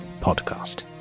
Podcast